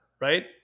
Right